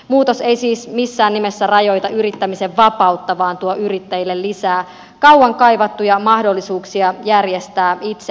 muutos ei siis missään nimessä rajoita yrittämisen vapautta vaan tuo yrittäjille lisää kauan kaivattuja mahdollisuuksia järjestää itse työaikaansa